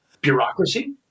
Bureaucracy